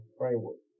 framework